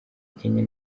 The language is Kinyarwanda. kenya